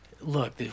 look